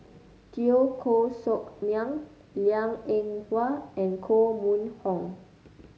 Teo Koh Sock Miang Liang Eng Hwa and Koh Mun Hong